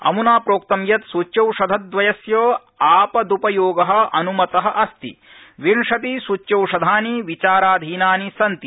अमुना प्रोक्तं यत् सूच्यौषध द्वयस्य आपद्पयोग अनुमत अस्ति विंशति सूच्यौषधानि विचाराधीनानि सन्ति